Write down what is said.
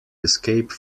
escape